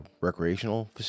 Recreational